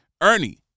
Ernie